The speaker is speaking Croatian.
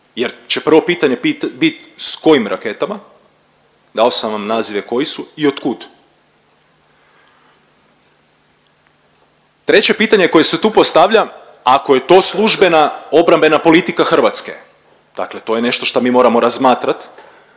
jer će prvo pitanje bit s kojim raketama, dao sam vam nazive koji su i otkud. Treće pitanje koje se tu postavlja, ako je to službena obrambena politika Hrvatske, dakle to je nešto što mi moramo razmatrati,